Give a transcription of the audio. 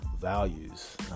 values